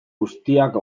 guztiak